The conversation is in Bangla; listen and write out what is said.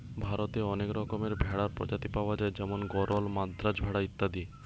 ভারতে অনেক রকমের ভেড়ার প্রজাতি পায়া যায় যেমন গরল, মাদ্রাজ ভেড়া ইত্যাদি